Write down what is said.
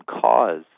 cause